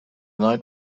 night